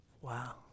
Wow